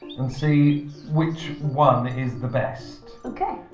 and see which one is the best. okay!